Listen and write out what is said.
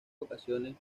ocasiones